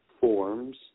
forms